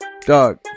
Dog